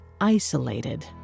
isolated